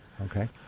Okay